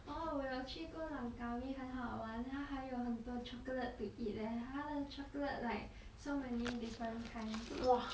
orh 我有去过 langkawi 很好玩它还有 chocolate to eat leh 它的 chocolate like so many different kinds